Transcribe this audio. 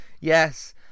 yes